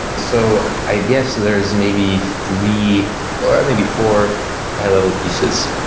so, i guess there's maybe three or maybe four high-level pieces.